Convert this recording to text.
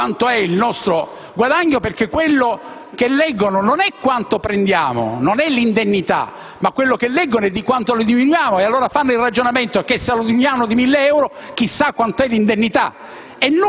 quanto è il nostro guadagno; e quello che leggono non è quanto prendiamo, non è l'indennità, ma di quanto la diminuiamo: allora fanno il ragionamento che se la diminuiamo di 1.000 euro, chissà di quanto è l'indennità.